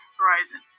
horizon